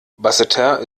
basseterre